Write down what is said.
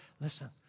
listen